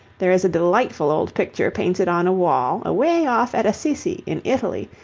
there is a delightful old picture painted on a wall away off at assisi, in italy,